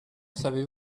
savez